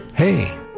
Hey